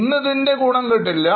ഇന്ന് ഇതിൻറെ ഗുണം കിട്ടില്ല